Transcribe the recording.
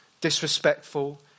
disrespectful